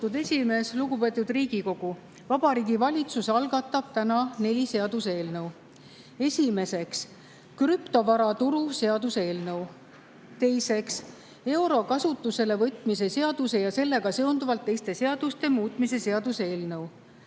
esimees! Lugupeetud Riigikogu! Vabariigi Valitsus algatab täna neli seaduseelnõu. Esiteks, krüptovaraturu seaduse eelnõu. Teiseks, euro kasutusele võtmise seaduse ja sellega seonduvalt teiste seaduste muutmise seaduse eelnõu.